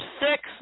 six